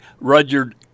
Rudyard